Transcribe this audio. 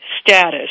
status